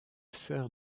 sœur